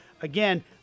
again